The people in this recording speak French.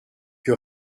que